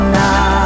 now